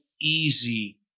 easy